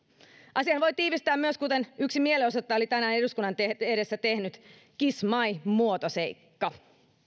asian voi tiivistää myös kuten yksi mielenosoittaja oli tänään eduskunnan edessä tehnyt kiss my muotoseikka